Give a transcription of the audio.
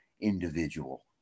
individual